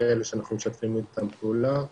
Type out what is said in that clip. כאלה שאנחנו משתפים איתם פעולה.